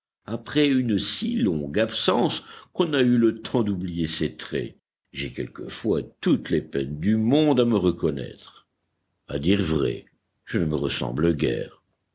après une si longue absence qu'on a eu le temps d'oublier ses traits j'ai quelquefois toutes les peines du monde à me reconnaître à dire vrai je ne me ressemble guère